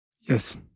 Yes